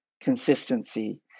consistency